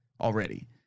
already